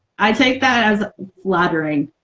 i take that as flattering.